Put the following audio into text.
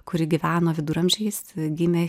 kuri gyveno viduramžiais gimė